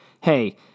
hey